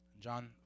John